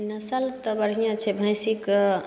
नसल तऽ बढ़िआँ छै भैंसीके